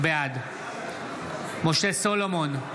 בעד משה סולומון,